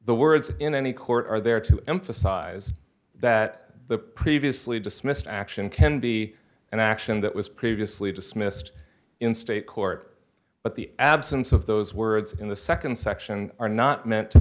the words in any court are there to emphasize that the previously dismissed action can be an action that was previously dismissed in state court but the absence of those words in the nd section are not meant to